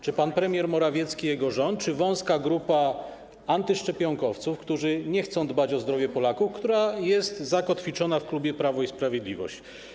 Czy pan premier Morawiecki i jego rząd, czy wąska grupa antyszczepionkowców, którzy nie chcą dbać o zdrowie Polaków, która jest zakotwiczona w klubie Prawo i Sprawiedliwość?